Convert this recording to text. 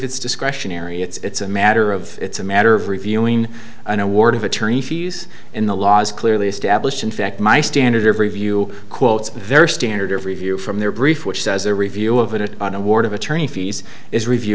it's discretionary it's a matter of it's a matter of reviewing an award of attorney fees in the law is clearly established in fact my standard of review quotes a very standard of review from their brief which says a review of it an award of attorney fees is review